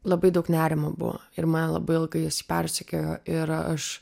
labai daug nerimo buvo ir mane labai ilgai jis persekiojo ir aš